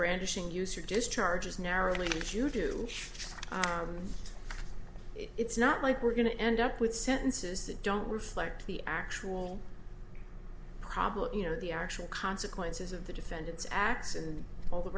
brandishing use or just charges narrowly if you do it's not like we're going to end up with sentences that don't reflect the actual probably you know the actual consequences of the defendant's acts and all the